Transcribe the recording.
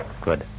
Good